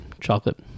Chocolate